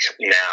now